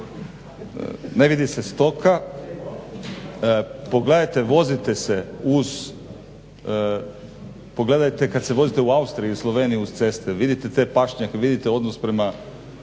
ne vidi se stoka. Pogledajte, vozite se uz, pogledajte kad se vozite u Austriju i Sloveniju uz ceste vidite te pašnjake, vidite odnos prema